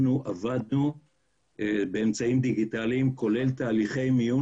אנחנו עבדנו באמצעים דיגיטליים כולל תהליכי מיון